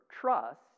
trust